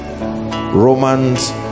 Romans